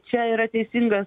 čia yra teisingas